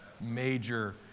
major